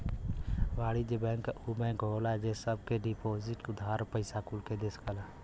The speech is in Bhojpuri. वाणिज्य बैंक ऊ बैंक होला जे सब के डिपोसिट, उधार, पइसा कुल दे सकेला